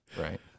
right